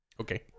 Okay